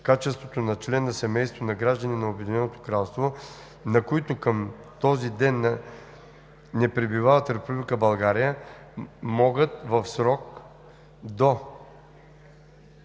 качеството на член на семейство на гражданин на Обединеното кралство, но които към този ден не пребивават в Република България, могат в срок до